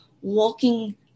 walking